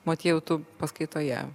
motiejau tu paskaitoje